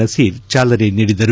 ನಸೀರ್ ಚಾಲನೆ ನೀಡಿದರು